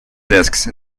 disks